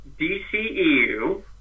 DCEU